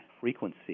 frequency